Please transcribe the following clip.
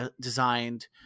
designed